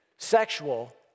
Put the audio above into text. Sexual